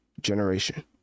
generation